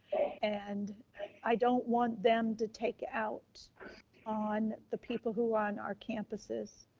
and i don't want them to take it out on the people who on our campuses.